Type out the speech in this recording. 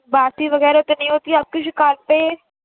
باسی وغیرہ تو نہیں ہوتی ہے آپ کی دُکان پہ